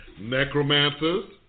Necromancers